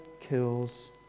kills